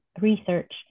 research